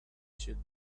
should